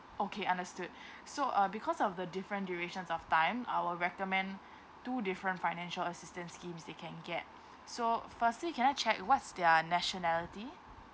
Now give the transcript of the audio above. okay understood so uh because of the different durations of time I will recommend two different financial assistance schemes they can get so firstly can I check what's their nationality